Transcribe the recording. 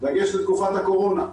בדגש על תקופת הקורונה.